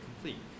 complete